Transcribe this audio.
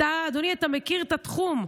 אדוני, אתה מכיר את התחום.